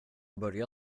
börja